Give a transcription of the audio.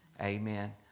Amen